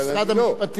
בוועדה שלי, אבל אני לא.